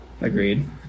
Agreed